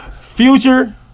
Future